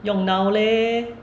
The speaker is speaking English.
用脑 leh